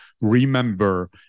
remember